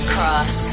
Cross